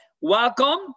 welcome